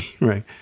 right